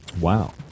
Wow